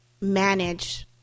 manage